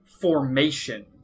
formation